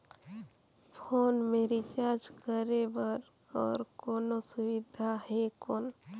Phone मे recharge करे बर और कोनो सुविधा है कौन?